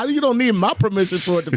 ah you don't need my permission for it to but